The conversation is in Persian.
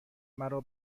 مرا